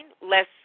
less